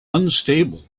unstable